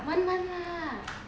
one month lah